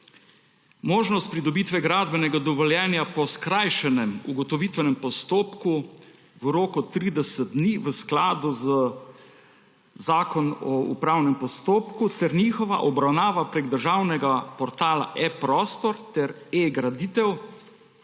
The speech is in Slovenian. Možnost pridobitve gradbenega dovoljenja po skrajšanem ugotovitvenem postopku v roku 30 dni v skladu z Zakonom o upravnem postopku ter njegova obravnava prek državnega portala eProstor ter eGraditev.